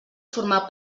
formar